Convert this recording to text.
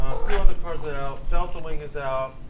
few other cars are out. deltawing is out.